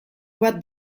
bat